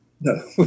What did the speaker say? No